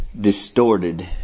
distorted